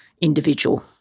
individual